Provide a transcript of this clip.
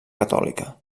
catòlica